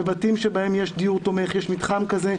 בבתים שבהם יש דיור תומך יש מתחם כזה.